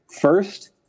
First